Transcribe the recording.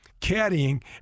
caddying